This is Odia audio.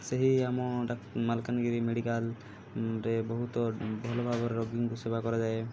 ସେହି ଆମ ମାଲକାନଗିରି ମେଡିକାଲରେ ବହୁତ ଭଲଭାବରେ ରୋଗୀଙ୍କୁ ସେବା କରାଯାଏ